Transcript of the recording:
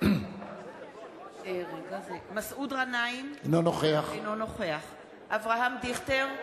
אינו נוכח מסעוד גנאים, אינו נוכח אברהם דיכטר,